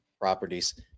properties